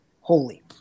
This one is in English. holy